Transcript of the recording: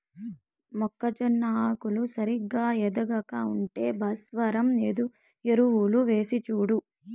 మొక్కజొన్న ఆకులు సరిగా ఎదగక ఉంటే భాస్వరం ఎరువులు వేసిచూడు